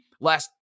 last